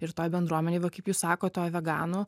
ir toj bendruomenėj va kaip jis sakot toj veganų